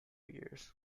years